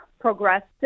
progressive